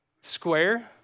square